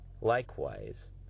Likewise